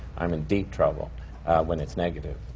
i'm in deep trouble when it's negative.